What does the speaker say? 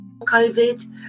COVID